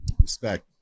respect